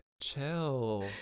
chill